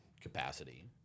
capacity